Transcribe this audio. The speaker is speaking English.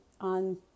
on